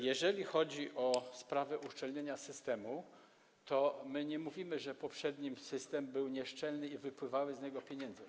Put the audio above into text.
Jeżeli chodzi o sprawy uszczelnienia systemu, to my nie mówimy, że poprzedni system był nieszczelny i wypływały z niego pieniądze.